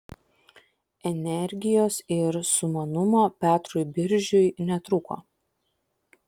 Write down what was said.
energijos ir sumanumo petrui biržiui netrūko